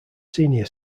senior